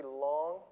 long